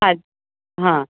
पाच हां